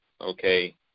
okay